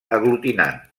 aglutinant